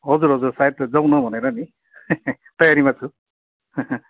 हजुर हजुर साइटतिर जाउँ न भनेर नि तयारीमा छु